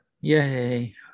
Yay